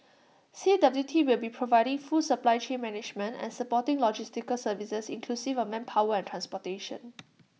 C W T will be providing full supply chain management and supporting logistical services inclusive of manpower and transportation